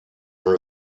her